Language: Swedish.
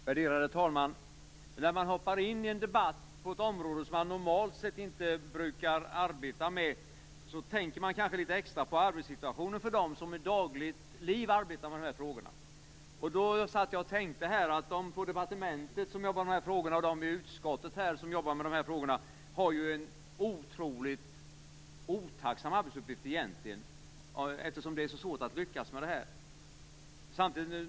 Värderade talman! När man hoppar in i en debatt om ett område som man normalt inte brukar arbeta med, tänker man kanske litet extra på arbetssituationen för dem som dagligen arbetar med dessa frågor. Jag tänkte här i min bänk att de på departementet och i utskottet som arbetar med dessa frågor har en egentligen otroligt otacksam arbetsuppgift. Det är ju så svårt att lyckas med det här området.